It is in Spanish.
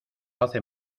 hace